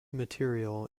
material